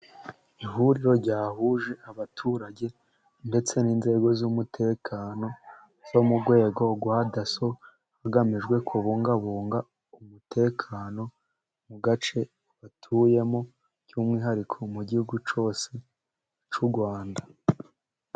Ihuriro ryahuje abaturage ndetse n'inzego z'umutekano. Izo mu rwego rwa daso hagamijwe kubungabunga umutekano mu gace batuyemo by'umwihariko mu gihugu cyose cy'u Rwanda.